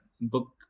book